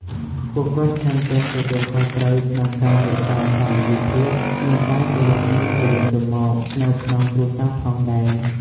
ពួកគាត់ថែមទាំងទទួលខុសត្រូវក្នុងការរក្សាសាមគ្គីភាព និងការគោរពគ្នាទៅវិញទៅមកនៅក្នុងគ្រួសារផងដែរ។